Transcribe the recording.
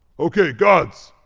ok, gods,